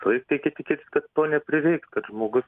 visąlaik reikia tikėtis kad to neprireiks kad žmogus